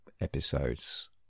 episodes